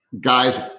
Guys